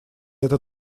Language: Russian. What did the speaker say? эта